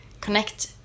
connect